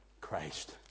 Christ